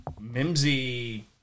Mimsy